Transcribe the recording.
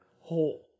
Whole